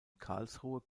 karlsruhe